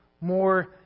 more